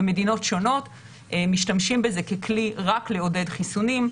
במדינות שונות משתמשים בזה ככלי רק לעודד חיסונים,